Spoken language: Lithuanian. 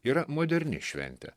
yra moderni šventė